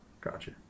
gotcha